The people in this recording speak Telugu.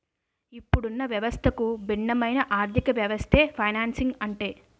ఇప్పుడున్న వ్యవస్థకు భిన్నమైన ఆర్థికవ్యవస్థే ఫైనాన్సింగ్ అంటే